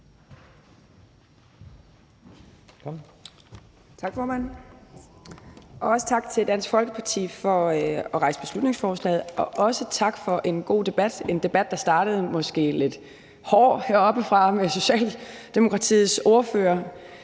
tak til Dansk Folkeparti for at fremsætte beslutningsforslaget, og også tak for en god debat – en debat, der måske startede lidt hårdt heroppefra med Socialdemokratiets ordfører,